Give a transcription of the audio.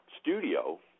studio